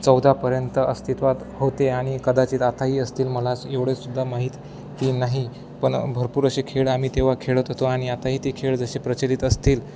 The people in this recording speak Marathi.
चौदापर्यंत अस्तित्वात होते आणि कदाचित आताही असतील मला एवढे सुद्धा माहिती नाही पण भरपूर असे खेळ आम्ही तेव्हा खेळत होतो आणि आताही ते खेळ जसे प्रचलित असतील